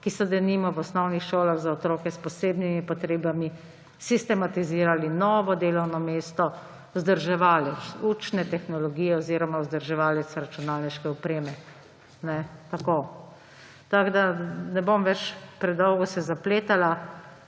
ki so, denimo, v osnovnih šolah za otroke s posebnimi potrebami sistematizirali novo delovno mesto vzdrževalec učne tehnologije oziroma vzdrževalec računalniške opreme. Ne bom se več predolgo zapletala.